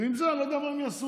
ועם זה אני לא יודע מה הם יעשו.